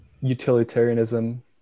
utilitarianism